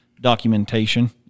documentation